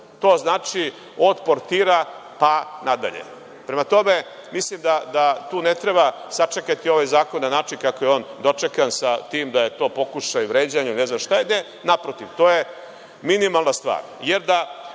to znači od portira pa nadalje. Prema tome, mislim da tu ne treba sačekati ovaj zakon na način kako je on dočekan sa tim da je to pokušaj vređanja ili ne znam šta da je. Naprotiv, to je minimalna stvar,